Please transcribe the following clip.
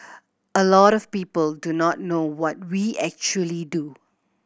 a lot of people do not know what we actually do